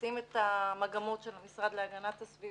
מכניסים את המגמות של המשרד להגנת הסביבה,